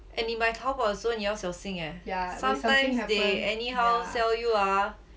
and 你买 Taobao 的时候要小心 eh sometimes they anyhow sell you ah